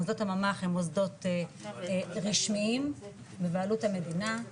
מוסדות הממ"ח הם מוסדות רשמיים בבעלות המדינה,